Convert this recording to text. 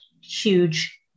huge